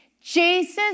Jesus